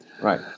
Right